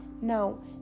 Now